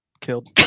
killed